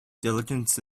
diligence